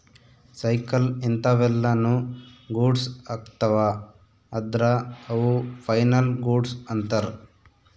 cycle ಇಂತವೆಲ್ಲ ನು goods ಅಗ್ತವ ಅದ್ರ ಅವು ಫೈನಲ್ ಗೂಡ್ಸ್ ಅಂತರ್